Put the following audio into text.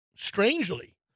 strangely